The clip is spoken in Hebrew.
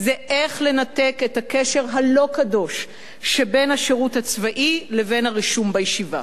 הוא איך לנתק את הקשר הלא-קדוש שבין השירות הצבאי לבין הרישום בישיבה.